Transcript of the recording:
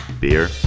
beer